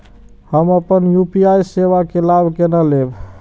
हम अपन यू.पी.आई सेवा के लाभ केना लैब?